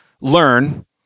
learn